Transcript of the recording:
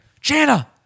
Jana